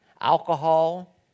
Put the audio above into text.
Alcohol